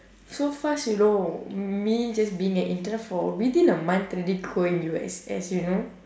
so fast you know me just being an intern for within a month already going U_S_S you know